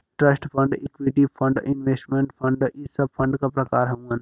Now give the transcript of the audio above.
trust fund equity fund investment fund इ सब fund क प्रकार हउवन